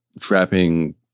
trapping